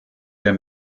der